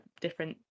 different